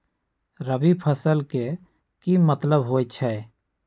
रबी फसल के की मतलब होई छई?